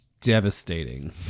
devastating